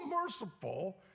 merciful